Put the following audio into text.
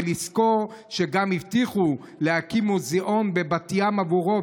ולזכור שגם הבטיחו להקים מוזיאון בבת ים עבורו,